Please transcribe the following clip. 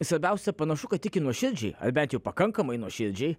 svarbiausia panašu kad tiki nuoširdžiai ar bent jau pakankamai nuoširdžiai